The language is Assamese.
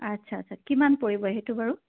আচ্ছা আচ্ছা কিমান পৰিব সেইটো বাৰু